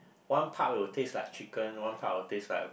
one part would taste like chicken one part would taste like a